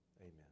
amen